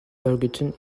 örgütün